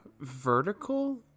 vertical